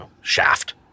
shaft